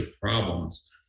problems